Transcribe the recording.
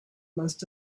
must